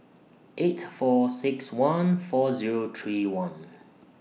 eight four six one four Zero three one